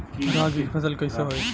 रागी के फसल कईसे होई?